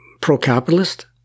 pro-capitalist